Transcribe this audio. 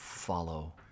follow